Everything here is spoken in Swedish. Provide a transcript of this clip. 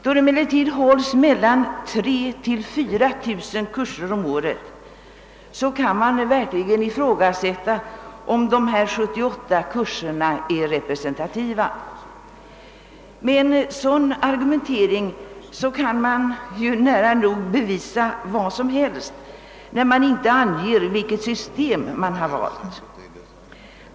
Då det emellertid hålls mellan 3 000 och 4000 kurser om året, kan man verkligen ifrågasätta om de 78 kurserna är representativa. Med herr Werbros argumentering och då han inte angett vilket system han valt kan man ju nära nog bevisa vad som helst.